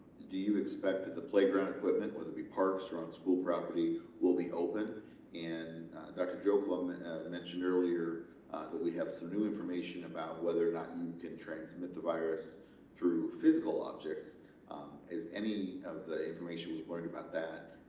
do you expect the playground equipment whether it be parks on school property will be open and dr. jokela um mentioned earlier that we have some new information about whether or not you can transmit the virus through physical objects is any of the information we've learned about that